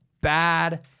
Bad